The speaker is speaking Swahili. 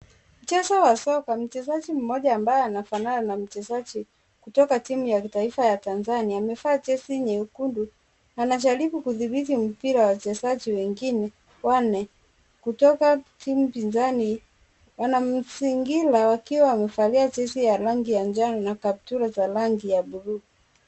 Mchezo wa soka ,mchezaji mmoja ambaye anafanana na mchezaji kutoka timu ya taifa ya Tanzania amevaa jezi nyekundu anajaribu kuthibiti mpira ,wachezaji wengine wanne kutoka timu pinzani wanamazingira wakiwa wamevalia jezi ya rangi ya njano na kaptula za rangi ya bluu.